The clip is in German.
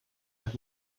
hat